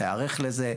להיערך לזה.